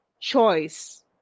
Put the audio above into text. choice